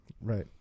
Right